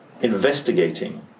investigating